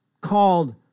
called